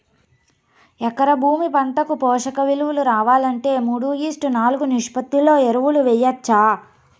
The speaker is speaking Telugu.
ఎకరా భూమి పంటకు పోషక విలువలు రావాలంటే మూడు ఈష్ట్ నాలుగు నిష్పత్తిలో ఎరువులు వేయచ్చా?